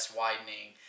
widening